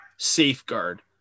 safeguard